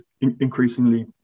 increasingly